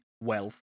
wealth